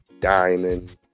Diamond